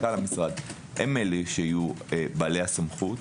מנכ"ל המשרד הם אלה שיהיו בעלי הסמכות,